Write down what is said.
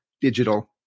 digital